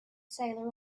sailor